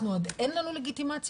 עוד אין לנו לגיטימציה,